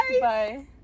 Bye